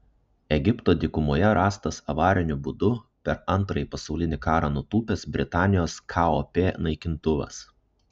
egipto dykumoje rastas avariniu būdu per antrąjį pasaulinį karą nutūpęs britanijos kop naikintuvas